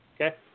Okay